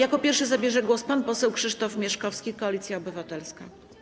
Jako pierwszy zabierze głos pan poseł Krzysztof Mieszkowski, Koalicja Obywatelska.